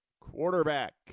quarterback